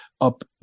up